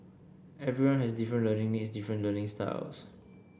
everyone has different learning needs different learning styles